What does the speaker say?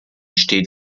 steht